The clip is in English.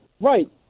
Right